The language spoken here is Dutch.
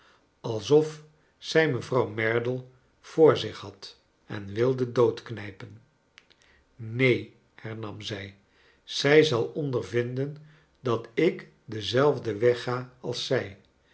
alsof zij mevrouw merdle voor zich had en wilde doodknijpen neen hernam zij zij zal ondervinden dat ik denzelfden weg ga als zij